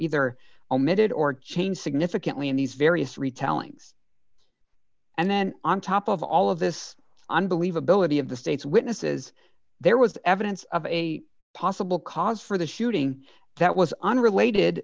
either omitted or changed significantly in these various retellings and then on top of all of this on believability of the state's witnesses there was evidence of a possible cause for the shooting that was unrelated